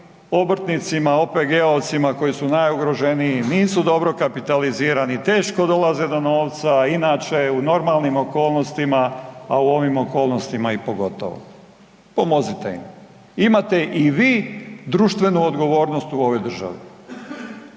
obrtnicima, OPG-ovcima koji su najugroženiji, nisu dobro kapitalizirani, teško dolaze do novaca i inače u normalnim okolnostima, a u ovim okolnostima i pogotovo. Pomozite im. Imate i vi društvenu odgovornost u ovoj državi.